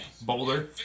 Boulder